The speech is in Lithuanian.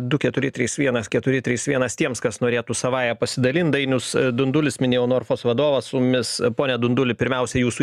du keturi trys vienas keturi trys vienas tiems kas norėtų savąja pasidalint dainius dundulis minėjau norfos vadovas su mumis pone dunduli pirmiausia jūsų